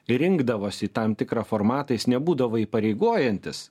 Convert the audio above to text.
rinkdavosi į tam tikrą formatais nebūdavo įpareigojantis